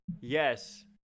Yes